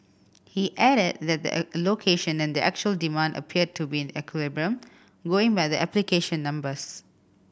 he added that the allocation and the actual demand appeared to be in equilibrium going by the application numbers